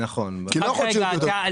ולא טיוטה.